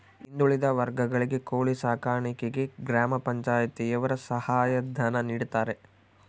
ಹಿಂದುಳಿದ ವರ್ಗಗಳಿಗೆ ಕೋಳಿ ಸಾಕಾಣಿಕೆಗೆ ಗ್ರಾಮ ಪಂಚಾಯ್ತಿ ಯವರು ಸಹಾಯ ಧನ ನೀಡ್ತಾರೆ